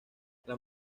las